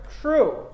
true